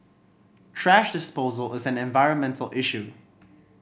thrash disposal is an environmental issue